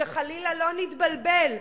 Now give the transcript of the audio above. שחלילה לא נתבלבל,